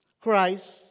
Christ